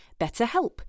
BetterHelp